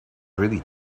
really